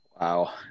Wow